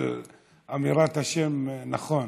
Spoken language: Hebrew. אני אקפיד על אמירת השם נכון.